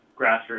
grassroots